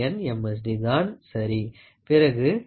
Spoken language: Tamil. D தான் சரி பிறகு அதனை 1 n−1n M